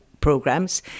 programs